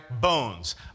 bones